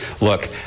Look